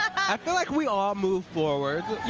i feel like we all moved forward.